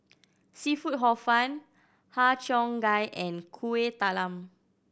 seafood Hor Fun Har Cheong Gai and Kueh Talam